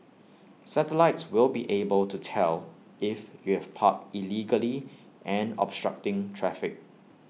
satellites will be able to tell if you have parked illegally and obstructing traffic